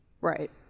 Right